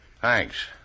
Thanks